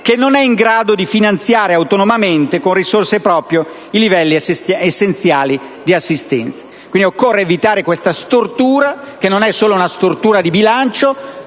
che non è in grado di finanziare autonomamente, con risorse proprie, i livelli essenziali di assistenza. Occorre quindi evitare questa stortura, che non è solo di bilancio: